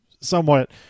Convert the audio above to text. somewhat